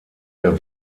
der